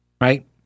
Right